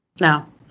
no